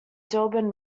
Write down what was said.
dublin